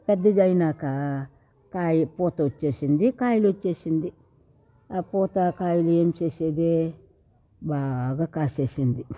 పెద్దదైనాక కాయకు పూతోచ్చేసింది కాయలొచ్చేసింది ఆ పూత కాయలు ఏం చేసేది బాగా కాసేసింది